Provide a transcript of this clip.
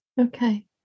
Okay